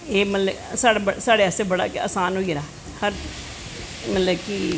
एह् मतलव कि साढ़े आस्तै बड़ा गै आसान होई गेदा हर मतलव कि